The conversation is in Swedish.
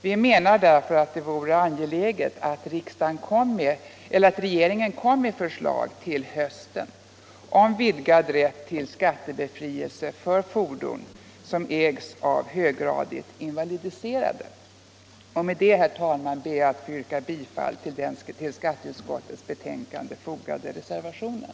Vi menar därför att det vore angeläget att regeringen kom med förslag Jag ber att få yrka bifall till den vid utskottets betänkande fogade reservationen.